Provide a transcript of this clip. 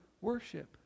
worship